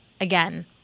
again